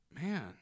man